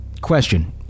question